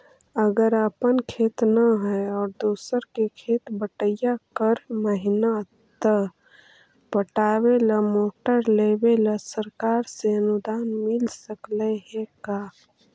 अगर अपन खेत न है और दुसर के खेत बटइया कर महिना त पटावे ल मोटर लेबे ल सरकार से अनुदान मिल सकले हे का?